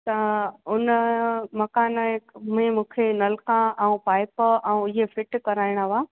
त उन मकान ए में मूंखे नलका ऐं पाईप ऐं ईअ फिट कराइणा हुआ